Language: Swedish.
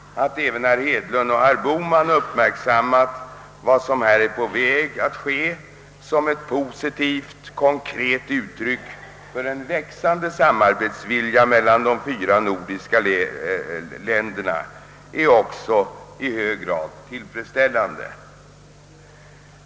Att även herr Hedlund och herr Bohman uppmärksammat vad som här är på väg att ske som ett positivt konkret uttryck för en växande samarbetsvilja mellan de fyra nordiska länderna är också i hög grad tillfredsställande.